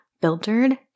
filtered